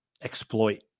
exploit